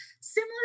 similar